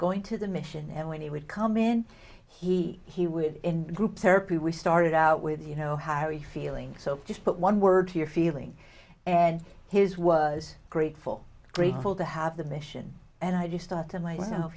going to the mission and when he would come in he he would in group therapy we started out with you know how you feeling so just put one word to your feeling and his was grateful grateful to have the mission and i just thought to myself